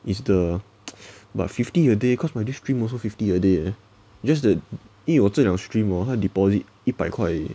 is the but fifty a day cause my this stream also fifty a day leh just that 因为我这辆 stream orh 他的 deposit 一百块而已